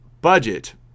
budget